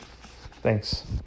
Thanks